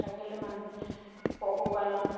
থাকিলে মানুহে পশুপালন